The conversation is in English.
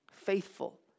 Faithful